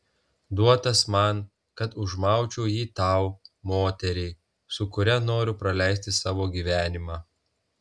duotas man kad užmaučiau jį tau moteriai su kuria noriu praleisti savo gyvenimą